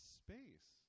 space